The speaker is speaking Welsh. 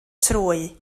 trwy